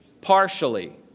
partially